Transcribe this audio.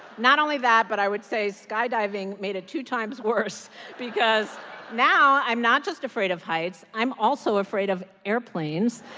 not only that, but i would say skydiving made it two times worse because now i'm not just afraid of heights. i'm also afraid of airplanes.